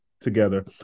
together